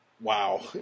Wow